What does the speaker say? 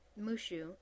mushu